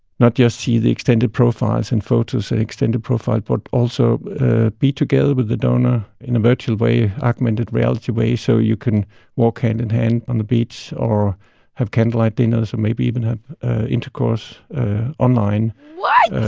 not just see the extended profiles and photos in extended profile but also be together with the donor in a virtual way, augmented reality way, so you can walk hand-in-hand on the beach or have candlelight dinners or maybe even have intercourse online what?